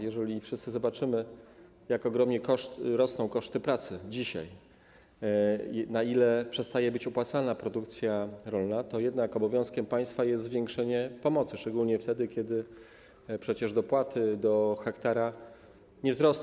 Jeżeli wszyscy zobaczymy, jak ogromnie rosną koszty pracy dzisiaj, na ile przestaje być opłacalna produkcja rolna, to jednak obowiązkiem państwa jest zwiększenie pomocy, szczególnie wtedy, kiedy przecież dopłaty do hektara nie wzrosną.